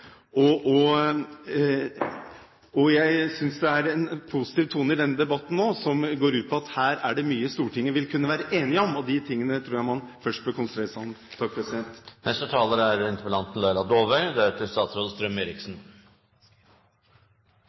Jeg synes det nå er en positiv tone i denne debatten. Her er det mye Stortinget vil kunne være enige om, og de tingene tror jeg man først bør konsentrere seg